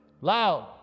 loud